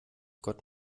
gott